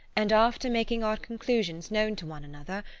and, after making our conclusions known to one another,